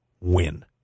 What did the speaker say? win